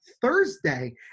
Thursday